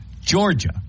Georgia